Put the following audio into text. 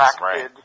right